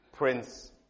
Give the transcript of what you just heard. Prince